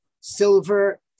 Silver